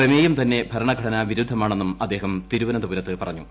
പ്രമേയം തന്നെ ഭരണഘടനാ വിരുദ്ധമാണെന്നും അദ്ദേഹം തിരുവനന്തപുരത്ത് പറഞ്ഞു